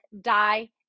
die